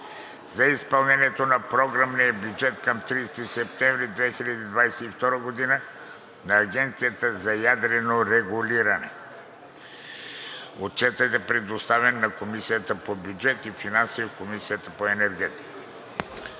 за изпълнението на програмния бюджет към 30 септември 2022 г. на Агенцията за ядрено регулиране. Отчетът е предоставен на Комисията по бюджет и финанси и Комисията по енергетика.